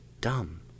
dumb